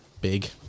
big